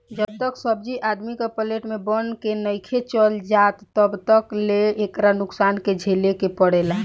जब तक सब्जी आदमी के प्लेट में बन के नइखे चल जात तब तक ले एकरा नुकसान के झेले के पड़ेला